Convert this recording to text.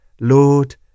Lord